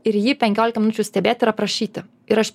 ir jį penkiolika minučių stebėt ir aprašyti ir aš